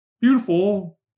beautiful